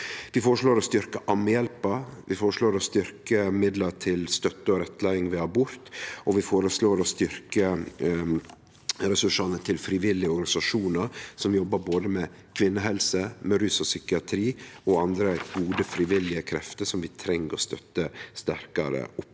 Vi føreslår å styrkje Ammehjelpen. Vi føreslår styrkte midlar til støtte og rettleiing ved abort, og vi føreslår å styrkje ressursane til frivillige organisasjonar som jobbar både med kvinnehelse og med rus og psykiatri, og andre gode, frivillige krefter som vi treng å støtte sterkare opp om.